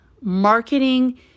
marketing